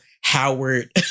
Howard